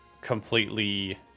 completely